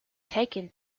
taken